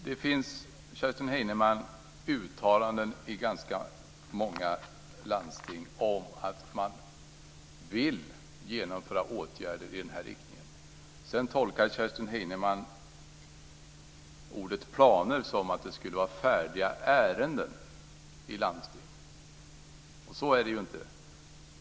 Herr talman! Det har gjorts uttalanden i ganska många landsting om att man vill vidta åtgärder i den här riktningen. Kerstin Heinemann tolkar ordet planer som om det skulle finnas färdiga ärenden i landstingen. Så är det inte.